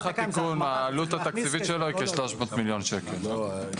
סך ההטבות הוא 300 מיליוני שקלים.